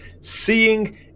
Seeing